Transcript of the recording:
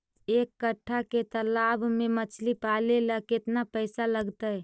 एक कट्ठा के तालाब में मछली पाले ल केतना पैसा लगतै?